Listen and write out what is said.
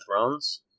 Thrones